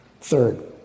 Third